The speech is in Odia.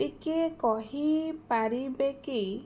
ଟିକେ କହିପାରିବେ କି